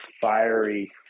fiery